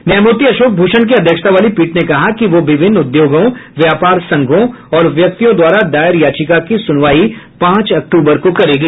न्यायमूर्ति अशोक भूषण की अध्यक्षता वाली पीठ ने कहा कि वह विभिन्न उद्योगों व्यापार संघों और व्यक्तियों द्वारा दायर याचिका की सुनवाई पांच अक्तूबर को करेगी